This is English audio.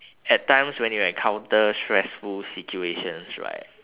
at times when you encounter stressful situations right